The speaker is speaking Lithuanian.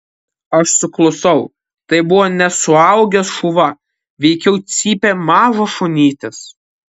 aš suklusau tai buvo ne suaugęs šuva veikiau cypė mažas šunytis